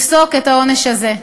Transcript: לפסוק את העונש הזה.